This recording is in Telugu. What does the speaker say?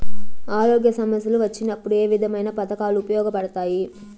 ఆరోగ్య సమస్యలు వచ్చినప్పుడు ఏ విధమైన పథకాలు ఉపయోగపడతాయి